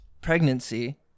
pregnancy